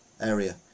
area